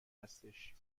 هستش